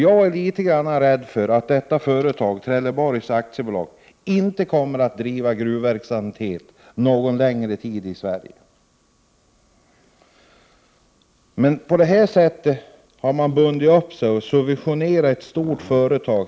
Jag är litet rädd för att Trelleborg AB inte kommer att fortsätta att driva gruvverksamhet någon längre tid i Sverige. Man har dock bundit upp sig med subventioner till ett stort företag.